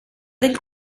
del